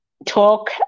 talk